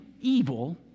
evil